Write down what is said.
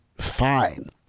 fine